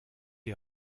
est